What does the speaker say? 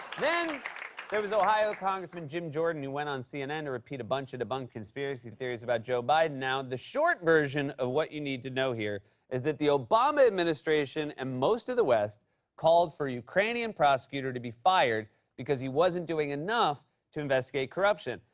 then there was ohio congressman jim jordan, who went on cnn to repeat a bunch of debunked conspiracy theories about joe biden. now, the short version of what you need to know here is that the obama administration and most of the west called for a ukrainian prosecutor to be fired because he wasn't doing enough to investigate corruption.